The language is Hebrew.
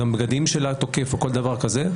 בגדים של התוקף או כל דבר כזה.